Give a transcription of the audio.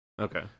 Okay